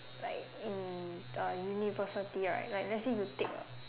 like in the university right like let's say you take